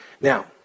Now